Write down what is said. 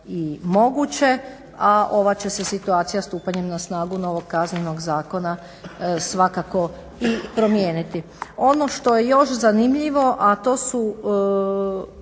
i moguće, a ova će se situacija stupanjem na snagu novog KZ-a svakako i promijeniti. Ono što je još zanimljivo, a to su